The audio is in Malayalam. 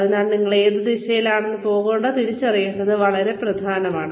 അതിനാൽ നിങ്ങൾ ഏത് ദിശയിലാണ് പോകേണ്ടതെന്ന് തിരിച്ചറിയേണ്ടത് വളരെ പ്രധാനമാണ്